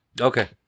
Okay